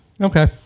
Okay